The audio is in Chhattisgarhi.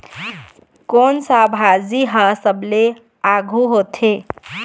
कोन सा भाजी हा सबले आघु होथे?